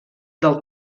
del